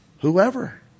whoever